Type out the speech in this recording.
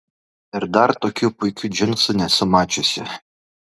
ir dar tokių puikių džinsų nesu mačiusi